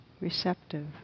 receptive